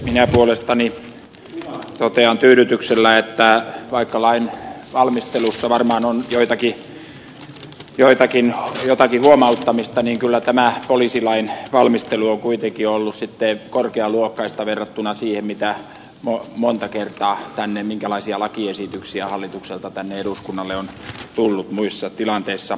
minä puolestani totean tyydytyksellä että vaikka lain valmistelussa varmaan on jotakin huomauttamista niin kyllä tämä poliisilain valmistelu on sitten kuitenkin ollut korkealuokkaista verrattuna siihen mitä nuo monta kertaa tänne minkälaisia lakiesityksiä hallitukselta tänne eduskunnalle on tullut monta kertaa muissa tilanteissa